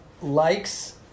likes